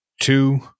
two